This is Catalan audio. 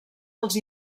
als